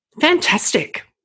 fantastic